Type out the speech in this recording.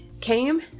came